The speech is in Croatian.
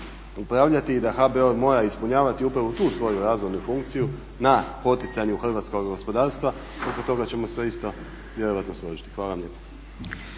upravljati i da HBOR mora ispunjavati upravo tu svoju razvojnu funkciju na poticanju hrvatskog gospodarstva. Oko toga ćemo se isto vjerojatno složiti. Hvala vam